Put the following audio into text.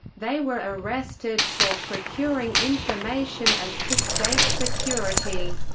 they were arrested for procuring information as to state security,